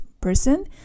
person